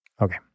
Okay